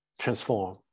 transform